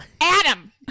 Adam